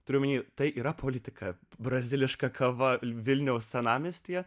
turiu omeny tai yra politika braziliška kava vilniaus senamiestyje